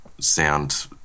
sound